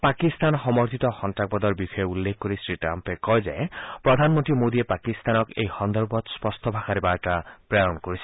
পাকিস্তান সমৰ্থিত সন্তাসবাদৰ বিষয়ে উল্লেখ কৰি শ্ৰীট্টাম্পে কয় যে প্ৰধান মন্ত্ৰী মোডীয়ে পাকিস্তানক এই সন্দৰ্ভত স্পষ্টভাষাৰে বাৰ্তা প্ৰেৰণ কৰিছে